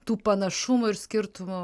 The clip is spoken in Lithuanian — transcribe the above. tų panašumų ir skirtumų